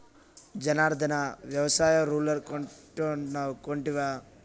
జనార్ధన, వ్యవసాయ రూలర్ కొంటానన్నావ్ కొంటివా